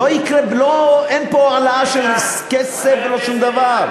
לא יקרה, אין פה העלאה של כסף ולא שום דבר.